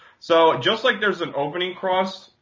so just like there's an opening cross,